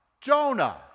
Jonah